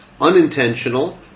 Unintentional